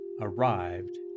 arrived